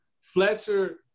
Fletcher